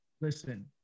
listen